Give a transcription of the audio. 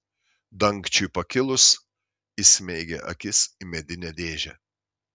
dangčiui pakilus įsmeigė akis į medinę dėžę